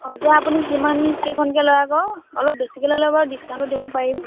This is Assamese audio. অঁ এতিয়া আপুনি কিমান কেইখনকৈ লয় আকৌ অলপ বেছিকৈ ল'লে বাৰু ডিছ্কাউণ্টটো দিব পাৰিম